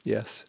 Yes